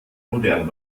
modern